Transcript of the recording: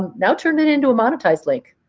now turn it into a monetized link.